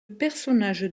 personnage